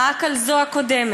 רק על זו הקודמת,